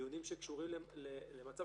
דיונים שקשורים למצב